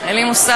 אין לי מושג.